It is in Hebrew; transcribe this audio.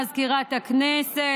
מזכירת הכנסת,